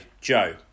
Joe